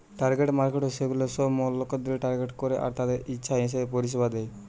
target markets সেগুলা সব মক্কেলদের টার্গেট করে আর তাদের ইচ্ছা হিসাবে পরিষেবা দেয়